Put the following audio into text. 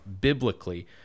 biblically